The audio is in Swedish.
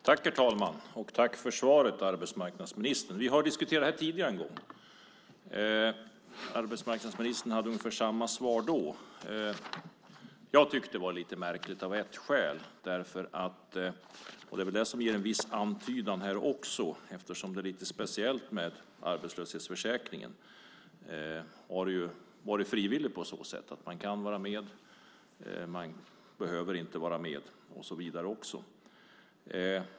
Herr talman! Jag tackar arbetsmarknadsministern för svaret. Vi har diskuterat det här en gång tidigare. Arbetsmarknadsministern hade ungefär samma svar då. Jag tyckte det var lite märkligt, och det finns väl en viss antydan till det här också. Det är ju lite speciellt med arbetslöshetsförsäkringen. Den har varit frivillig på så sätt att man kan vara med, men man behöver inte vara med.